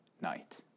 night